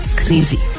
crazy